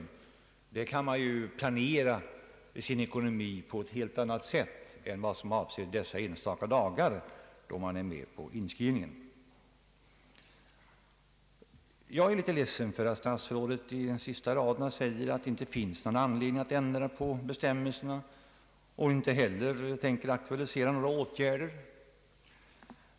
Under värnpliktstjänstgöringen kan man ju planera sin ekonomi på ett helt annat sätt än man kan göra när det gäller dessa enstaka dagar i samband med inskrivningen. Jag är litet ledsen för att statsrådet på de sista raderna i svaret säger att det inte finns någon anledning att ändra på bestämmelserna och att statsrådet inte heller tänker aktualisera några åtgärder.